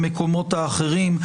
במקומות האחרים.